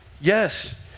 Yes